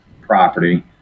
property